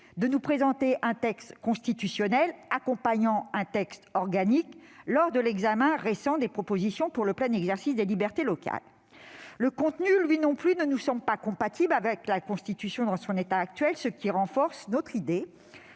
de nous présenter un texte constitutionnel accompagnant un texte organique, lors de l'examen récent des propositions de loi pour le plein exercice des libertés locales. Quant au contenu, il n'est pas non plus compatible avec la Constitution dans son état actuel, ce qui justifie